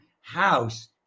house